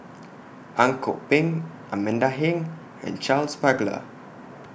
Ang Kok Peng Amanda Heng and Charles Paglar